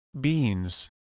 beans